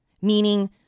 meaning